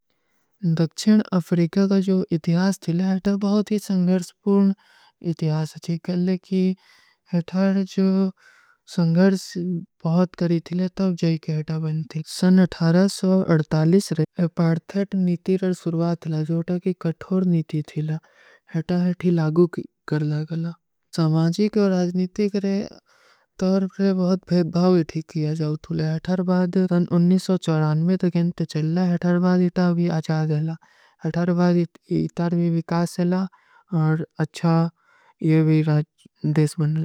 ଦକ୍ଷିନ Africa କା ଜୋ ଇତିଯାସ ଥିଲେ ହୈ ଥା ବହୁତ ହୀ ସଂଗର୍ସ ପୂର୍ଣ ଇତିଯାସ ହୈ। ଖେଲେ କୀ ହୈ ଥାର ଜୋ ସଂଗର୍ସ ବହୁତ କରୀ ଥିଲେ ତବ ଜୈକେ ହୈ ଥା ବନ ଥୀ। ସନ ଅଥାରା ସୋ ଅଥାଲିଶ ରେ ପାର୍ଥେଟ ନୀତୀ ରେ ସୁର୍ଵାତ ଥିଲା ଜୋ ଥା କୀ କଠୋର ନୀତୀ ଥିଲା ହୈ ଥା ହୈ ଥୀ ଲାଗୂ କୀ କର ଲା ଗଲା। ସମାଝୀ କେ ରାଜନୀତୀକ ରେ ତୋର ବହୁତ ଭେଦଭାଵ ହୈ ଥୀ କିଯା ଜାଓ ଥୂଲେ। ସମାଝୀ କେ ରାଜନୀତୀକ ରେ ତୋର ବହୁତ ଭେଦଭାଵ ହୈ ଥୀ କିଯା ଜାଓ ଥୂଲେ।